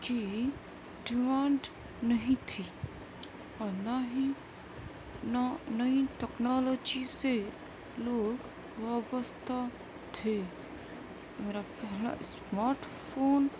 کی ڈیمانڈ نہیں تھی اور نہ ہی نا نئی ٹیکنالوجی سے لوگ وابستہ تھے میرا پہلا اسمارٹ فون